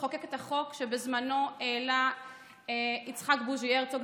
לחוקק את החוק שהעלה בזמנו יצחק בוז'י הרצוג,